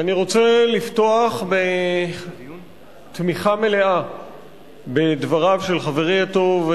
אני רוצה לפתוח בתמיכה מלאה בדבריו של חברי הטוב,